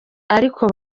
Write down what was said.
ariko